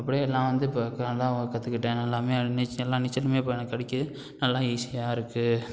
அப்படியே நான் வந்து இப்போ நல்லா கற்றுக்கிட்டேன் நன் எல்லாம் நீச்சல் எல்லாம் நீச்சலுமே இப்போ எனக்கு அடிக்க நல்ல ஈஸியாக இருக்குது